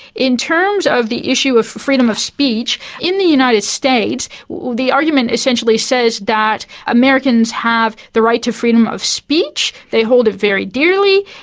in terms of the issue of freedom of speech, in the united states the argument essentially says that americans have the right to freedom of speech, they hold it very dearly,